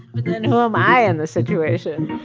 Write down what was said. but then who am i in this situation?